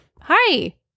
hi